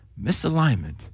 Misalignment